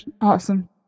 awesome